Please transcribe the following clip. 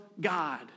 God